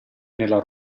nella